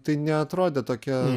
tai neatrodė tokia